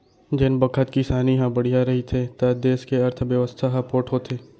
जेन बखत किसानी ह बड़िहा रहिथे त देस के अर्थबेवस्था ह पोठ होथे